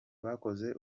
bakoze